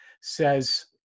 says